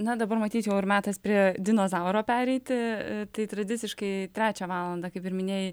na dabar matyt jau ir metas prie dinozauro pereiti tai tradiciškai trečią valandą kaip ir minėjai